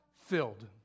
filled